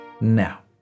now